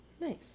Nice